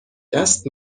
دست